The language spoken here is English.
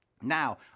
Now